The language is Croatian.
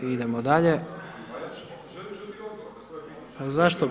Idemo dalje. … [[Upadica: Govornik nije uključen, ne čuje se.]] Zašto?